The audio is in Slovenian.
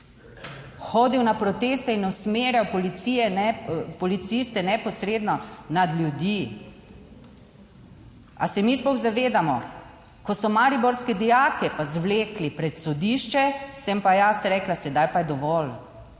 hodil na proteste in usmerjal policije, policiste, neposredno nad ljudi. Ali se mi sploh zavedamo, ko so mariborske dijake pa zvlekli pred sodišče, sem pa jaz rekla, sedaj pa je dovolj,